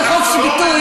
זה סוג של אומנות.